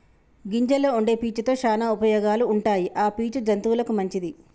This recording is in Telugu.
గింజల్లో వుండే పీచు తో శానా ఉపయోగాలు ఉంటాయి ఆ పీచు జంతువులకు మంచిది